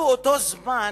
באותו זמן